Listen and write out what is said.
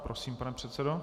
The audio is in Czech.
Prosím, pane předsedo.